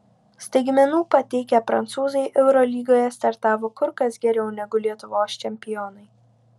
staigmenų pateikę prancūzai eurolygoje startavo kur kas geriau negu lietuvos čempionai